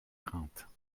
craintes